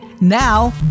Now